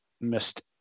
missed